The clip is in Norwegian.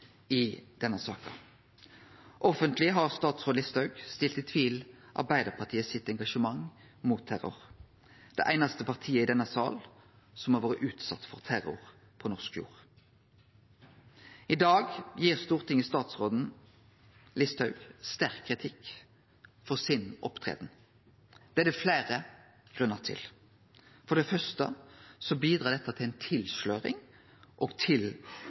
i denne saka. Offentleg har statsråd Listhaug dratt i tvil Arbeidarpartiets engasjement mot terror, det einaste partiet i denne salen som har vore utsett for terror på norsk jord. I dag gir Stortinget statsråd Listhaug sterk kritikk for framferda hennar. Det er det fleire grunnar til. For det første bidrar dette til ei tilsløring og til